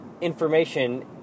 information